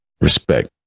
respect